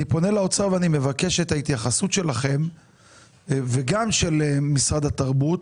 אני פונה לאוצר ואני מבקש את ההתייחסות שלכם וגם של משרד התרבות.